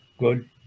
good